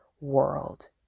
world